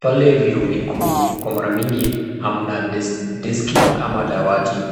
Pale vyuo vikuu, Kwa mara mingi hamna deski ama dawati